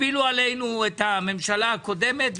הפילו עלינו את הממשלה הקודמת,